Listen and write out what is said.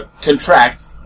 contract